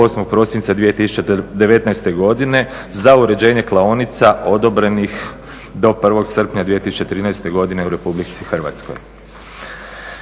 8. prosinca 2019. godine za uređenje klaonica odobrenih do 1. srpnja 2013. godine u RH. Države